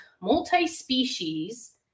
multi-species